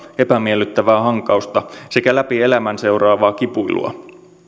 epämiellyttävää hankausta sekä läpi elämän seuraavaa kipuilua